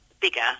bigger